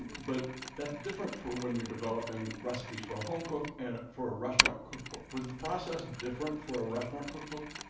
but that's different for when you're developing recipes for a home cook and for a restaurant cookbook. was the process different for a restaurant cookbook?